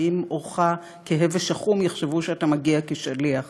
ואם עורך כהה ושחום יחשבו שאתה מגיע כשליח.